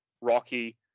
Rocky